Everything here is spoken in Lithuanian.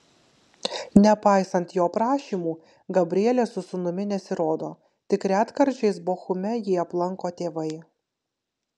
nepaisant jo prašymų gabrielė su sūnumi nesirodo tik retkarčiais bochume jį aplanko tėvai